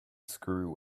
screw